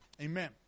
Amen